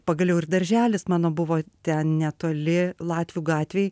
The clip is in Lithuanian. pagaliau ir darželis mano buvo ten netoli latvių gatvėj